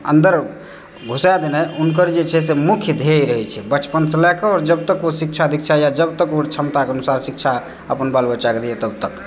अन्दर घुसा देनाइ हुनकर जे छै से मुख्य ध्येय रहै छै बचपनसँ लयके आओर जब तक ओ शिक्षा दिक्षा या जबतक ओ क्षमताके अनुसार शिक्षा अपन बाल बच्चाकेँ दय यऽ तब तक